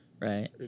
Right